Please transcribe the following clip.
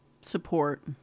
support